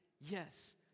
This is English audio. Yes